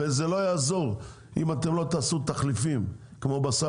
וזה לא יעזור אם אתם לא תעשו תחליפים כמו בשר